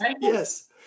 yes